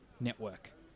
network